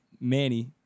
Manny